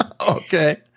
Okay